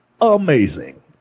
amazing